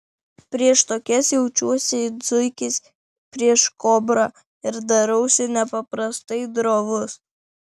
prieš tokias jaučiuosi it zuikis prieš kobrą ir darausi nepaprastai drovus